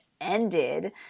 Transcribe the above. ended